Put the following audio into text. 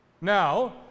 Now